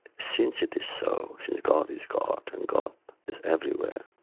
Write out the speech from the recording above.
since it is so, since god is god and god is everywhere,